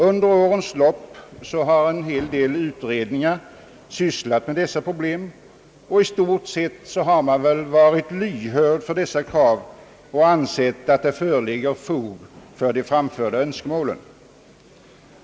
Under årens lopp har en hel del utredningar sysslat med dessa problem, och i stort sett har man väl varit lyhörd för dessa krav och ansett att det föreligger fog för de framförda önskemålen.